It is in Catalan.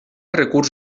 recurs